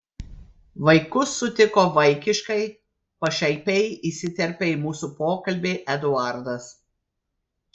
vaikus sutiko vaikiškai pašaipiai įsiterpė į mūsų pokalbį eduardas